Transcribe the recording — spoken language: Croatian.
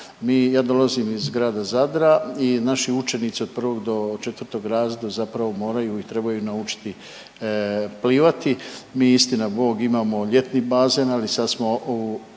mi, ja dolazim iz grada Zadra i naši učenici od 1 do 4 razreda zapravo moraju i trebaju naučiti plivati. Mi istinabog imamo ljetni bazen, ali sad smo u